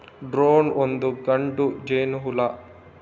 drone ಒಂದು ಗಂಡು ಜೇನುಹುಳು